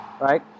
right